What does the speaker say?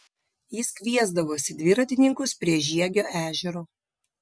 jis kviesdavosi dviratininkus prie žiegio ežero